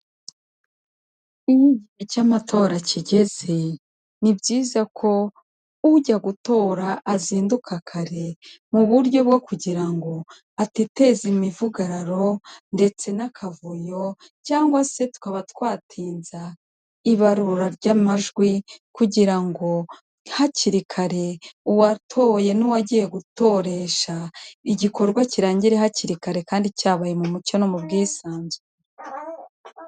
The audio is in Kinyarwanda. Iyo igihe cy'amatora kigeze, ni byiza ko ujya gutora azinduka kare, mu buryo bwo kugira ngo atiteza imidugararo ndetse n'akavuyo cyangwa se tukaba twatinza ibarura ry'amajwi kugira ngo hakiri kare, uwatoye n'uwagiye gutoresha, igikorwa kirangire hakiri kare kandi cyabaye mu mucyo no mu bwisanzure.